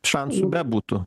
šansų be būtų